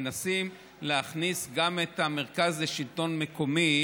מנסים להכניס גם את המרכז לשלטון מקומי.